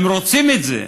הם רוצים את זה,